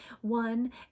one